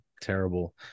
terrible